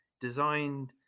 designed